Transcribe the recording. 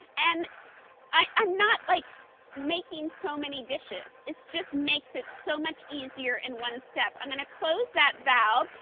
and i am not like making so many dishes. it just makes it so much easier in one step. i'm going to close that self,